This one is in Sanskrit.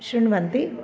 शृण्वन्ति